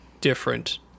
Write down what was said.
different